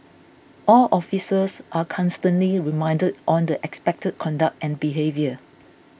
all officers are constantly reminded on the expected conduct and behaviour